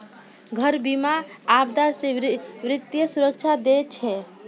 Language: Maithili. घर बीमा, आपदा से वित्तीय सुरक्षा दै छै